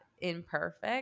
imperfect